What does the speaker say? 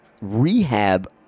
rehab